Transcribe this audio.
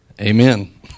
Amen